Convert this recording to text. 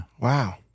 Wow